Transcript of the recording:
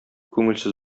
күңелсез